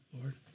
Lord